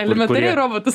elementariai robotus